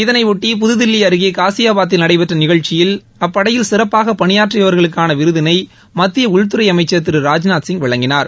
இதனையொட்டி புதுதில்லி அருகே காஸியாபாத்தில் நடைபெற்ற நிகழ்ச்சியில் அப்படையில் சிறப்பாக பணியாற்றியவர்களுக்கான விருதினை மத்திய உள்துறை அமைச்சர் திரு ராஜ்நாத் சிங் வழங்கினார்